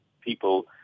people